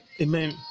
amen